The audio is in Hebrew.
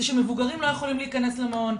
זה שמבוגרים לא יכולים להכנס למעון.